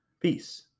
Peace